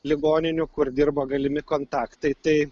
ligoninių kur dirba galimi kontaktai tai